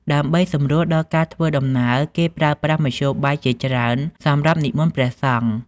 ដើម្បីសម្រួលដល់ការធ្វើដំណើរ គេប្រើប្រាស់មធ្យោបាយជាច្រើនសម្រាប់និមន្តព្រះសង្ឃ។